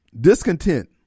Discontent